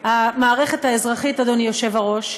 המערכת האזרחית, אדוני היושב-ראש,